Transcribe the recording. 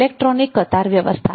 electronic કતાર વ્યવસ્થા